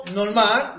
normal